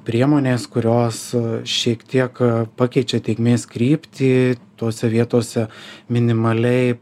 priemonės kurios šiek tiek pakeičia tėkmės kryptį tose vietose minimaliai